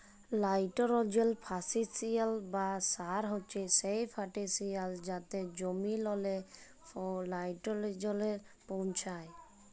লাইটোরোজেল ফার্টিলিসার বা সার হছে সেই ফার্টিলিসার যাতে জমিললে লাইটোরোজেল পৌঁছায়